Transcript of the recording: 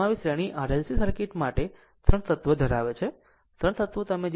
આમ હવે શ્રેણી RLC સર્કિટ માટે ત્રણ તત્વ ધરાવે છે ત્રણ તત્વો તમે જે શ્રેણીમાં છે